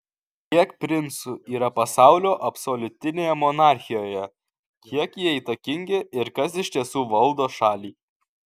kiek princų yra pasaulio absoliutinėje monarchijoje kiek jie įtakingi ir kas iš tiesų valdo šalį